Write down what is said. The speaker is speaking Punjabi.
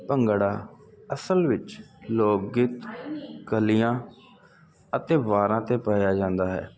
ਭੰਗੜਾ ਅਸਲ ਵਿੱਚ ਲੋਕ ਗੀਤ ਕਲੀਆਂ ਅਤੇ ਵਾਰਾਂ ਤੇ ਪਾਇਆ ਜਾਂਦਾ ਹੈ